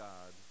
God